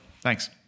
Thanks